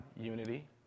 unity